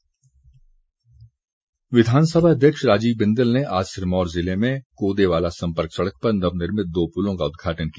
बिंदल विधानसभा अध्यक्ष राजीव बिंदल ने आज सिरमौर जिले में कोदेवाला संपर्क सड़क पर नवर्निमित दो पुलों का उद्घाटन किया